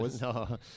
No